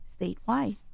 statewide